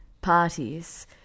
parties